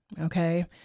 Okay